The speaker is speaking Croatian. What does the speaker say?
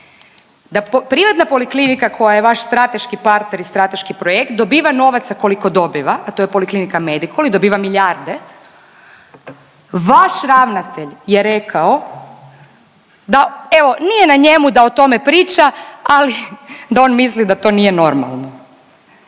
da privatna poliklinika koja je vaš strateški partner i strateški projekt dobiva novaca koliko dobiva, a to je Poliklinika Medikol i dobiva milijarde, vaš ravnatelj je rekao da evo nije na njemu da o tome priča, ali da on misli da to nije normalno,